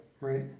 right